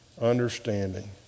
understanding